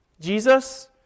Jesus